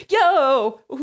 yo